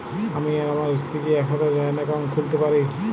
আমি আর আমার স্ত্রী কি একসাথে জয়েন্ট অ্যাকাউন্ট খুলতে পারি?